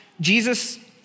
Jesus